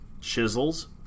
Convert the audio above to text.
chisels